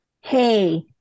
Hey